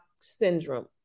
syndrome